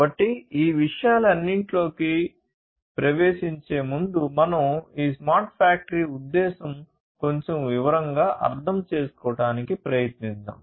కాబట్టి ఈ విషయాలన్నిటిలోకి ప్రవేశించే ముందు మనం ఈ స్మార్ట్ ఫ్యాక్టరీ ఉద్ధేశం కొంచెం వివరంగా అర్థం చేసుకోవడానికి ప్రయత్నిద్దాం